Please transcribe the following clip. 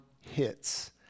hits